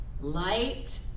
Light